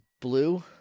blue